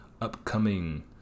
upcoming